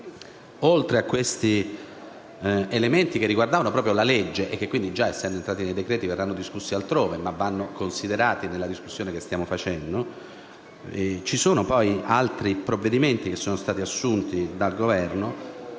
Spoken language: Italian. Oltre a questi elementi che riguardavano proprio la legge e che quindi, essendo inseriti nei decreti, verranno discussi altrove, anche se vanno considerati nella discussione che stiamo facendo, ci sono altre misure che sono stati assunte dal Governo,